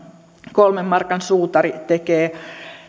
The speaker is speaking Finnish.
kolmen markan suutari tekee